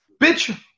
bitch